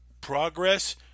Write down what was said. Progress